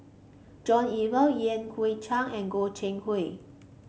John Eber Yan Hui Chang and Goi Seng Hui